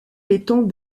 l’étang